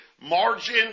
margin